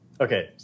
Okay